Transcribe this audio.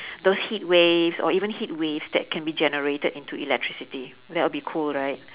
those heatwaves or even heatwaves that can be generated into electricity that will be cool right